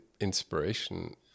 inspiration